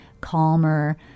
calmer